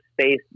space